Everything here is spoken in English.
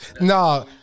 Nah